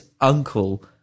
uncle